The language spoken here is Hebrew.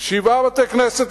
שבעה בתי-כנסת,